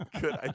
Good